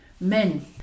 Men